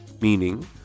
meaning